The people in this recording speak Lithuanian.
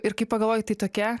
ir kai pagalvoji tai tokia